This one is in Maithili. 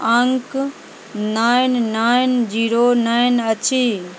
अङ्क नाइन नाइन जीरो नाइन अछि